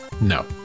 No